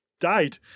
died